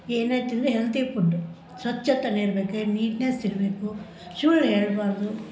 ಏನೇ ತಿಂದ್ರೂ healthy food ಸ್ವಚ್ಛತನ ಇರ್ಬೇಕು ಏನು ನೀಟ್ನೆಸ್ ಇರಬೇಕು ಸುಳ್ಳು ಹೇಳಬಾರ್ದು